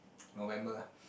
November